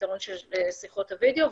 הפתרון שלנו לשיחות הווידאו,